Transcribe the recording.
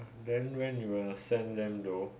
then when you will send them though